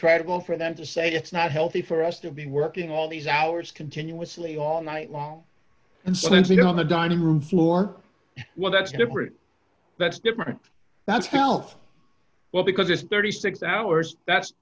credible for them to say it's not healthy for us to be working all these hours continuously all night long and since we don't the dining room floor well that's different that's different that's felt well because it's thirty six hours that's